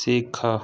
ଶିଖ